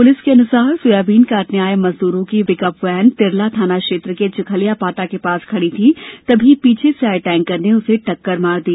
police के अनुसार soybean काटने आये मजदूरों की पिकअप वैन तिरला थाना क्षेत्र के चिखलिया पाटा के पास खड़ी थी तभी पीछे से आये टैंकर ने उसे टक्कर मार दी